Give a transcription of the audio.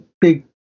big